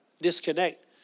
disconnect